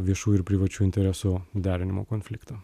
viešų ir privačių interesų derinimo konfliktą